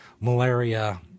Malaria